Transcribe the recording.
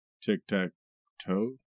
Tic-tac-toe